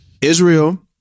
Israel